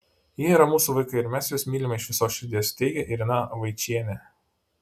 jie yra mūsų vaikai ir mes juos mylime iš visos širdies teigia irena vaičienė